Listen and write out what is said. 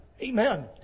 Amen